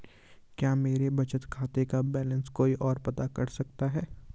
क्या मेरे बचत खाते का बैलेंस कोई ओर पता कर सकता है?